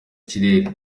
kirere